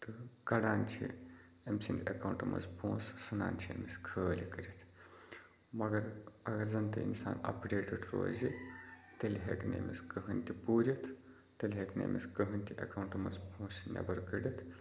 تہٕ کَڑان چھِ أمۍ سٕنٛدِ اٮ۪کاوُنٛٹ منٛز پونٛسہٕ ژھٕنان چھِ أمِس خٲلۍ کٔرِتھ مگر اگر زَنتہِ اِنسان اَپڈیٹٕڈ روزِ تیٚلہِ ہٮ۪کہِ نہٕ أمِس کٕہۭنۍ تہِ پوٗرِتھ تیٚلہِ ہٮ۪کہِ نہٕ أمِس کٕہۭنۍ تہِ اٮ۪کاوُنٛٹ منٛز پونٛسہٕ نٮ۪بر کٔڑِتھ